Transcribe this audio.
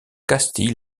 castille